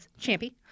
Champy